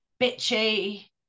bitchy